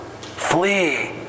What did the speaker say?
Flee